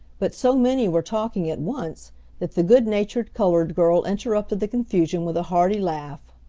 but so many were talking at once that the good-natured colored girl interrupted the confusion with a hearty laugh.